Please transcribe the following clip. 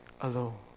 alone